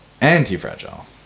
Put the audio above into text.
anti-fragile